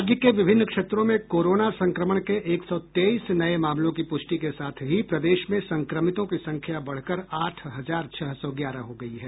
राज्य के विभिन्न क्षेत्रों में कोरोना संक्रमण के एक सौ तेईस नये मामलों की पुष्टि के साथ ही प्रदेश में संक्रमितों की संख्या बढ़कर आठ हजार छह सौ ग्यारह हो गयी है